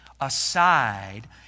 aside